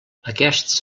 aquests